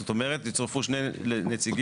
זאת אומרת, יצורפו שני נציגים.